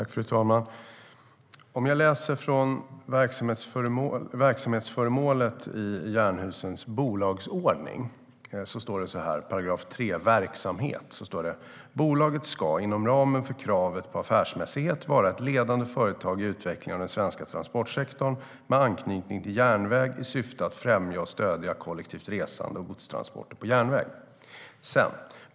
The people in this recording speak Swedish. Fru talman! Jag läser om verksamhetsmålet i Jernhusens bolagsordning. I § 3 Verksamhet står det: "Bolaget ska, inom ramen för kravet på affärsmässighet, vara ett ledande företag i utvecklingen av den svenska transportsektorn med anknytning till järnväg i syfte att främja och stödja kollektivt resande och godstransporter på järnväg.